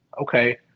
Okay